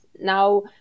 Now